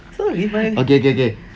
sorry my